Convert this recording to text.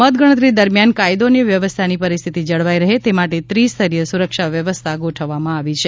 મતગણતરી દરમ્યાન કાયદો અને વ્યવસ્થાની પરિસ્થિતિ જળવાઇ રહે તે માટે ત્રિસ્તરીય સુરક્ષા વ્યવસ્થા ગોઠવવામાં આવી છે